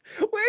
Wait